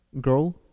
grow